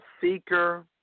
seeker